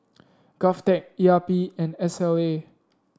Govtech E R P and S L A